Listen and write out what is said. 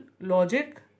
Logic